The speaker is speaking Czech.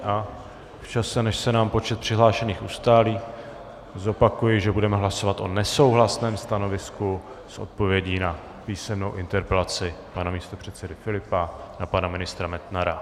V čase, než se nám počet přihlášených ustálí, zopakuji, že budeme hlasovat o nesouhlasném stanovisku s odpovědí na písemnou interpelaci místopředsedy Filipa na pana ministra Metnara.